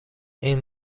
این